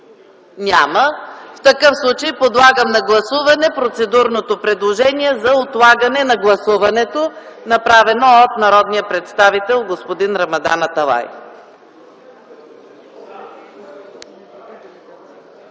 Няма В такъв случай подлагам на гласуване процедурното предложение за отлагане на гласуването, направено от народния представител господин Рамадан Аталай.